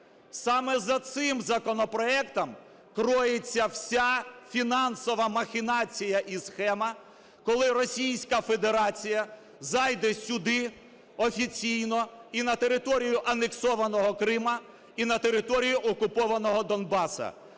саме за цим законопроектом криється вся фінансова махінація і схема, коли Російська Федерація зайде сюди офіційно і на територію анексованого Криму і на територію окупованого Донбасу.